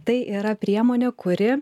tai yra priemonė kuri